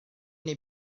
neu